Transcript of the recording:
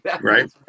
right